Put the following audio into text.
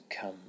come